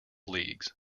leagues